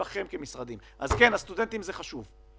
לסטודנטים זה חשוב.